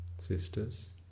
sisters